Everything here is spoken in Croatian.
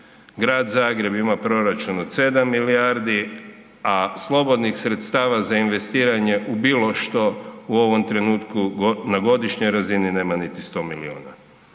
Grad Zagreb ima proračun od 7 milijardi, a slobodnih sredstava za investiranje u bilo što u ovom trenutku na godišnjoj razini nema niti 100 milijuna.